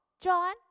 John